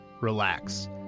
relax